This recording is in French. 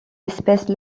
espèces